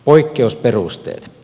poikkeusperusteet